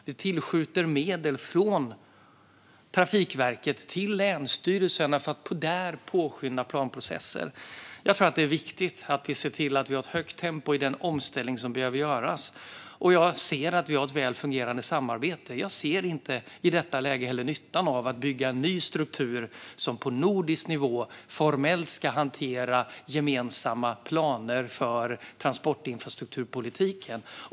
Vi tillskjuter medel från Trafikverket till länsstyrelserna för att där påskynda planprocesser. Jag tror att det är viktigt att vi ser till att ha ett högt tempo i den omställning som behöver göras, och jag ser att vi har ett väl fungerande samarbete. Jag ser inte heller i detta läge nyttan av att bygga en ny struktur som på nordisk nivå formellt ska hantera gemensamma planer för transportinfrastrukturpolitiken.